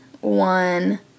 one